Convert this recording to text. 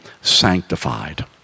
sanctified